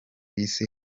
isi